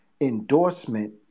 endorsement